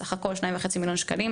סך הכול 2.5 מיליון שקלים,